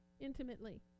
intimately